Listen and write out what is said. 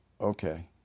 okay